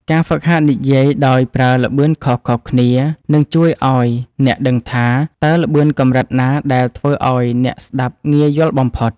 ការហ្វឹកហាត់និយាយដោយប្រើល្បឿនខុសៗគ្នា នឹងជួយឱ្យអ្នកដឹងថា តើល្បឿនកម្រិតណាដែលធ្វើឱ្យអ្នកស្ដាប់ងាយយល់បំផុត។